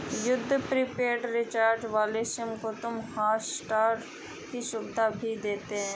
कुछ prepaid recharge वाले SIM तुमको हॉटस्टार की सुविधा भी देते हैं